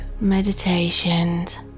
meditations